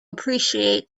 appreciate